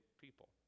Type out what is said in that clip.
people